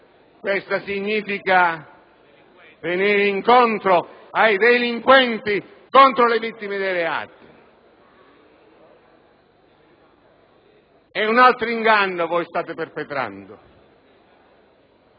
questo significa venire incontro ai delinquenti contro le vittime dei reati. Vi è poi un altro inganno che state perpetrando: